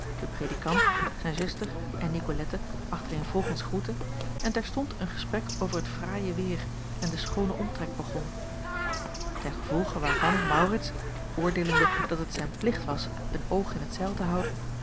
den predikant zijn zuster en nicolette achtereenvolgens groette en terstond een gesprek over het fraaie weêr en den schoonen omtrek begon ten gevolge waarvan maurits oordeelende dat het zijn plicht was een oog in t zeil te houden